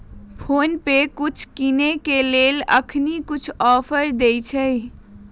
PhonePe कुछ किनेय के लेल अखनी कुछ ऑफर देँइ छइ